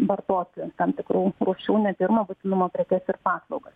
vartoti tam tikrų rūšių ne pirmo būtinumo prekes ir paslaugas